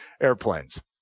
airplanes